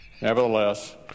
Nevertheless